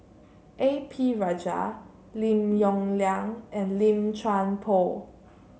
A P Rajah Lim Yong Liang and Lim Chuan Poh